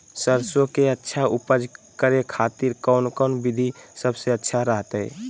सरसों के अच्छा उपज करे खातिर कौन कौन विधि सबसे अच्छा रहतय?